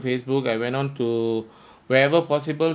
Facebook I went on to wherever possible